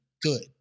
good